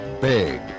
big